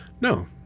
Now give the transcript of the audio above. No